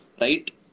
right